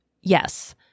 Yes